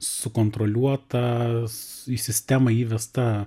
sukontroliuotas į sistemą įvesta